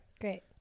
Great